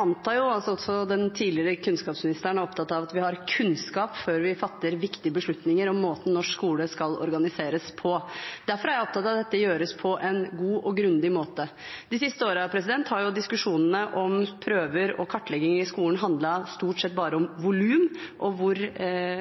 antar at også den tidligere kunnskapsministeren er opptatt av at vi har kunnskap før vi fatter viktige beslutninger om måten norsk skole skal organiseres på. Derfor er jeg opptatt av at dette gjøres på en god og grundig måte. De siste årene har diskusjonene om prøver og kartlegginger i skolen stort sett bare handlet om volum og